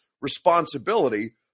responsibility